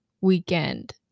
weekend